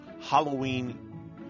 halloween